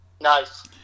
Nice